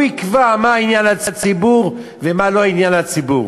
הוא יקבע מה עניין לציבור ומה לא עניין לציבור.